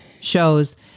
shows